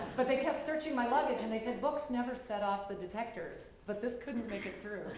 but they kept searching my luggage and they said books never set off the detectors, but this couldn't make it through.